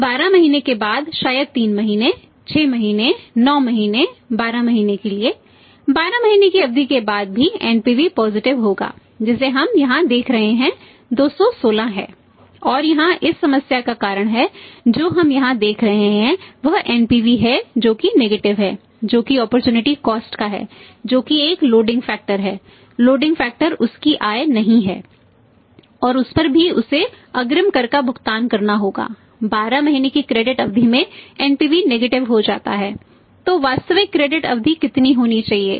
फिर 12 महीने के बाद शायद 3 महीने 6 महीने 9 महीने 12 महीने के लिए 12 महीने की अवधि के बाद भी एनपीवी अवधि कितनी होनी चाहिए